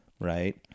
right